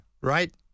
right